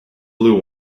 blue